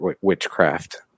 witchcraft